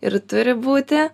ir turi būti